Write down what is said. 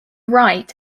right